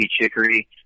chicory